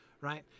right